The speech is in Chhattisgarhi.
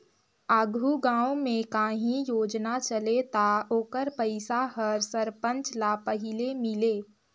आघु गाँव में काहीं योजना चले ता ओकर पइसा हर सरपंच ल पहिले मिले